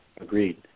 Agreed